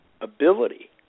ability